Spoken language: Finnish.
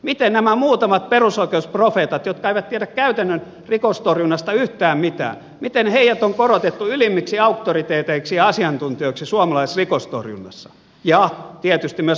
miten nämä muutamat perusoikeus profeetat jotka eivät tiedä käytännön rikostorjunnasta yhtään mitään on korotettu ylimmiksi auktoriteeteiksi ja asiantuntijoiksi suomalaisessa rikostorjunnassa ja tietysti myös vankeinhoidossa